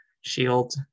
Shield